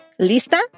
Lista